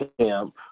camp